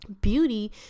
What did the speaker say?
beauty